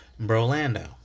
Brolando